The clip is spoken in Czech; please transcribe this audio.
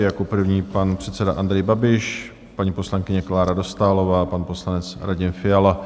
Jako první pan předseda Andrej Babiš, paní poslankyně Klára Dostálová, pan poslanec Radim Fiala.